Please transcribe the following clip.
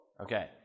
Okay